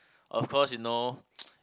of course you know